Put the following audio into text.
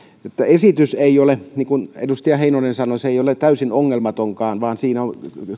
että esitys ei ole niin kuin edustaja heinonen sanoi täysin ongelmatonkaan vaan siinä on